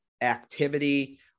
activity